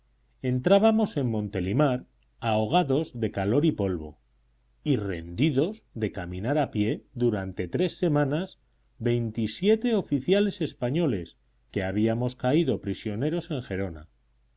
entrábamos en montelimart ahogados de calor y polvo y rendidos de caminar a pie durante tres semanas veintisiete oficiales españoles que habíamos caído prisioneros en gerona